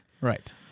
Right